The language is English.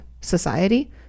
society